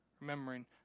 Remembering